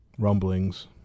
rumblings